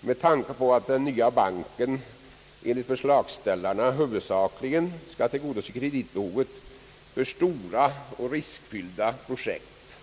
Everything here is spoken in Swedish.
med tanke på att den nya banken enligt förslagsställarna huvudsakligen skall tillgodose kreditbehovet för stora och riskfyllda projekt.